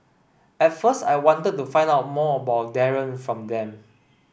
at first I wanted to find out more about Darren from them